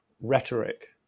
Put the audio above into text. rhetoric